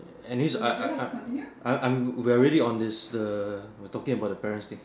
anyways I I I I I'm we are already on this uh talking about the parents thing